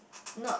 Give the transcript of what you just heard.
not